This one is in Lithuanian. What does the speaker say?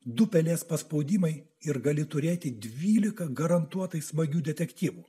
du pelės paspaudimai ir gali turėti dvylika garantuotai smagių detektyvų